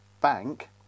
bank